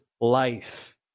life